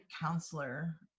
counselor